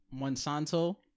Monsanto